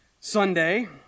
Sunday